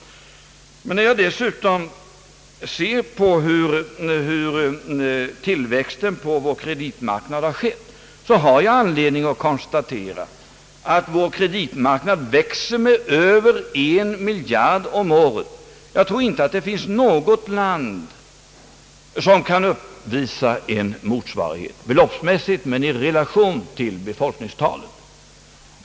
När jag dessutom ser på tillväxten på vår kreditmarknad har jag anledning konstatera, att den växer med över en miljard om året. Jag tror inte att det finns något land som kan uppvisa en motsvarighet — naturligtvis beloppsmässigt, men inte i relation till befolkningstalet.